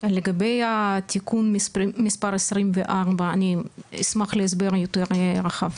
לגבי התיקון מס' 24, אני אשמח להסבר יותר רחב.